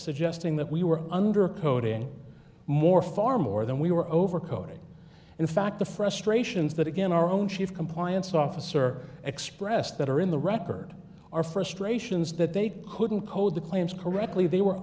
suggesting that we were under code in more far more than we were over coding in fact the frustrations that again our own chief compliance officer expressed that are in the record our frustrations that they couldn't code the claims correctly they were